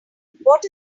what